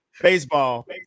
baseball